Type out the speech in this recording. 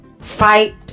Fight